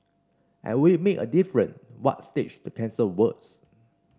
and would it make a difference what stage the cancer was